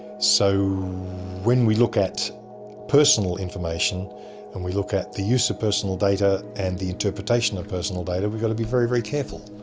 so when we look at personal information and we look at the use of personal data and the interpretation of personal data, we've got to be very very careful.